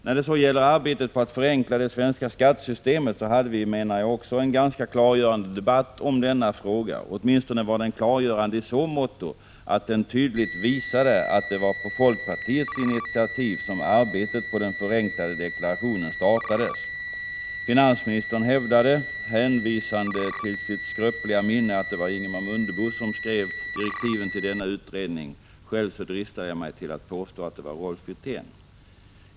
Då det gäller arbetet på att förenkla det svenska skattesystemet hade vi, menar jag, en ganska klargörande debatt om denna fråga. Åtminstone var den klargörande i så måtto att den tydligt visade att det var på folkpartiets initiativ som arbetet på den förenklade deklarationen startades. Finansministern hävdade, hänvisande till sitt skröpliga minne, att det var Ingemar Mundebo som skrev direktiven till denna utredning. Själv dristade jag mig till att påstå att det var Rolf Wirtén.